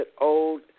old